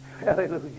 Hallelujah